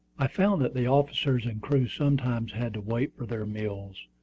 i found that the officers and crew sometimes had to wait for their meals,